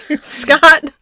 Scott